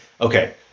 okay